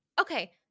Okay